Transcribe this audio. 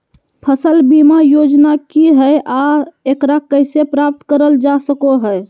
फसल बीमा योजना की हय आ एकरा कैसे प्राप्त करल जा सकों हय?